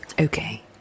Okay